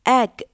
egg